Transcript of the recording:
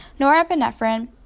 Norepinephrine